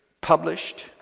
published